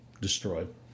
destroyed